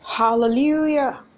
Hallelujah